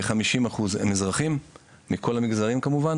כ-50% הם אזרחים מכל המגזרים כמובן